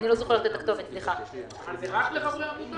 זה רק לחברי עמותה?